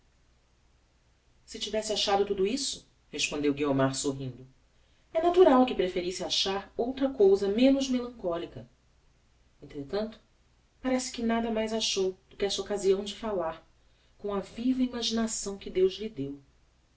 se tivesse achado tudo isso respondeu guiomar sorrindo é natural que preferisse achar outra cousa menos melancolica entretanto parece que nada mais achou do que esta occasião de falar com a viva imaginação que deus lhe deu